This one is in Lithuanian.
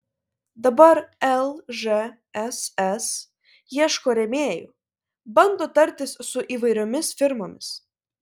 dabar lžss ieško rėmėjų bando tartis su įvairiomis firmomis